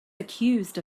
accused